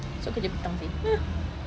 esok kerja petang seh